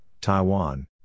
Taiwan